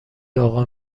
اقا